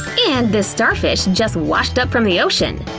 and this starfish just washed up from the ocean!